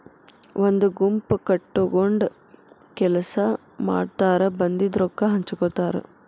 ಒಂದ ಗುಂಪ ಕಟಗೊಂಡ ಕೆಲಸಾ ಮಾಡತಾರ ಬಂದಿದ ರೊಕ್ಕಾ ಹಂಚಗೊತಾರ